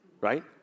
right